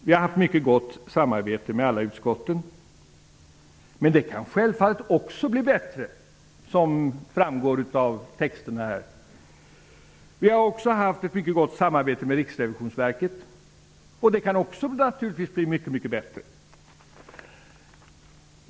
Vi har haft mycket gott samarbete med alla utskotten. Men det arbetet kan självfallet också bli bättre, som famgår av utskottstexten. Vi har också haft ett mycket gott samarbete med Riksrevisionsverket. Och det kan naturligtvis också bli mycket bättre.